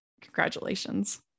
congratulations